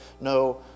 no